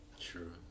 True